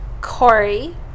Corey